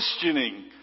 Questioning